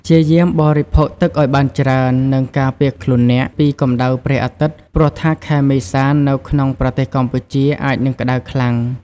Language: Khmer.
ព្យាយាមបរិភោគទឺកឱ្យបានច្រើន និងការពារខ្លួនអ្នកពីកម្ដៅព្រះអាទិត្យ ព្រោះថាខែមេសា នៅក្នុងប្រទេសកម្ពុជា អាចនឹងក្តៅខ្លាំង។